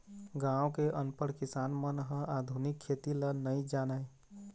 गाँव के अनपढ़ किसान मन ह आधुनिक खेती ल नइ जानय